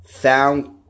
found